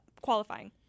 qualifying